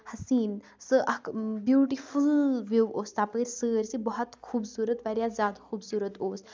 حَسیٖن سُہ اکھ beautiful view اوس تَپٲرۍ سٲرسی بہت خوٗبصوٗرت واریاہ زیادٕ خوٗبصوٗرت اوس